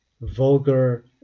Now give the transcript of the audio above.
vulgar